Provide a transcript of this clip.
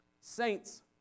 Saints